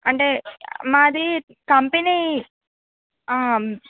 అంటే మాది కంపెనీ